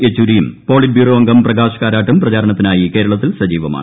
യെച്ചൂരിയും politburo അംഗം പ്രകാശ് കാരാട്ടും പ്രചാരണത്തിനായി കേരളത്തിൽ സജിവമാണ്